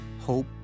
hope